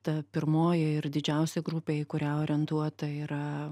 ta pirmoji ir didžiausia grupė į kurią orientuota yra